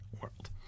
world